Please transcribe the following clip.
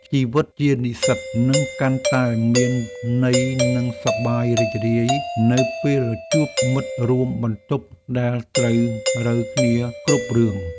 ជីវិតជានិស្សិតនឹងកាន់តែមានន័យនិងសប្បាយរីករាយនៅពេលជួបមិត្តរួមបន្ទប់ដែលត្រូវរ៉ូវគ្នាគ្រប់រឿង។